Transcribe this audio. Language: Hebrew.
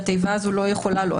לכן זה חסם שהתיבה לא יכולה לו.